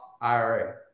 IRA